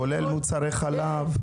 כולל מוצרי חלב?